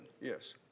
yes